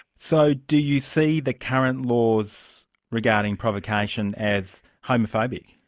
so do you see the current laws regarding provocation as homophobic?